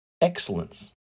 excellence